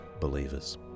believers